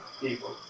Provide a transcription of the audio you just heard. people